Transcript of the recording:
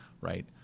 right